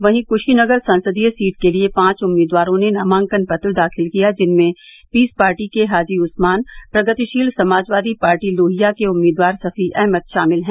वहीं कुशीनगर संसदीय सीट के लिये पांच उम्मीदवारों ने नामांकन पत्र दाखिल किया जिनमें पीस पार्टी के हाजी उस्मान प्रगतिशील समाजवादी पार्टी लोहिया के उम्मीदवार सफी अहमद शामिल हैं